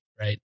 right